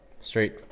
straight